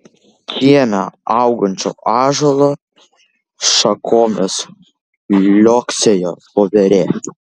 kieme augančio ąžuolo šakomis liuoksėjo voverė